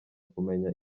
kumenya